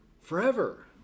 forever